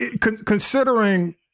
Considering